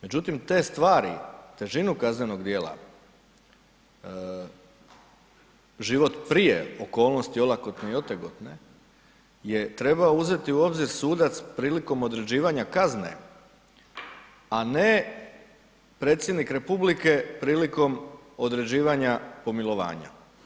Međutim, te stvari težinu kaznenog djela, život prije okolnosti olakotne i otegotne je trebao uzeti sudac prilikom određivanja kazne, a ne predsjednik Republike prilikom određivanja pomilovanja.